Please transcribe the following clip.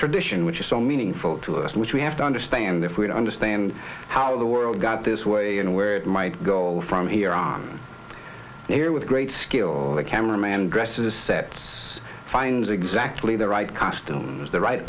tradition which is so meaningful to us which we have to understand if we don't understand how the world got this way and where it might go from here on here with great skill the camera man dresses sets finds exactly the right costumes the right